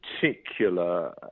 particular